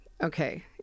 okay